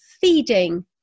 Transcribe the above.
feeding